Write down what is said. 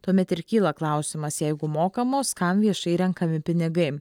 tuomet ir kyla klausimas jeigu mokamos kam viešai renkami pinigai